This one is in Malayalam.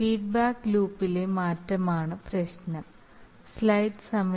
ഫീഡ്ബാക്ക് ലൂപ്പിലെ മാറ്റമാണ് പ്രശ്നം